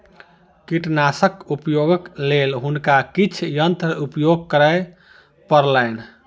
कीटनाशकक उपयोगक लेल हुनका किछ यंत्र उपयोग करअ पड़लैन